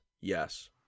yes